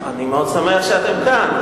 אני מאוד שמח שאתם כאן,